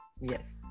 Yes